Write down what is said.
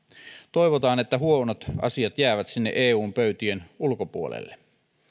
toivotaan että huonot asiat jäävät sinne eun pöytien ulkopuolelle